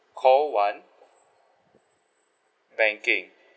call one banking